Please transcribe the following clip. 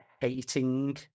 hating